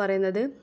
പറയുന്നത്